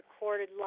recorded